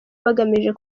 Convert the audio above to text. bagamije